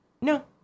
No